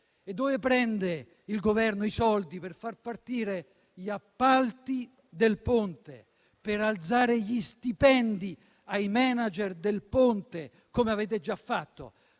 E dove prende il Governo i soldi per far partire gli appalti del Ponte, per alzare gli stipendi ai *manager* del Ponte, come avete già fatto?